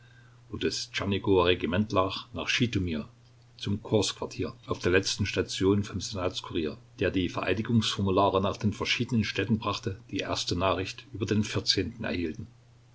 regiment lag nach schitomir zum korpsquartier auf der letzten station vom senatskurier der die vereidigungsformulare nach den verschiedenen städten brachte die erste nachricht über den vierzehnten erhielten